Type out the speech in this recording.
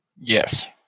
Yes